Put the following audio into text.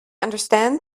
understand